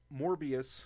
Morbius